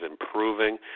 improving